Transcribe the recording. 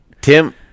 Tim